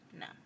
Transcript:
no